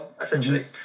essentially